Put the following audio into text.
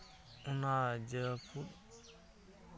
ᱚᱱᱟ ᱡᱟᱹᱯᱩᱫ